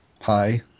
Hi